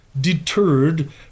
deterred